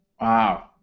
Wow